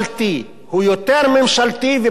הוא יותר ממשלתי ופחות ציבורי.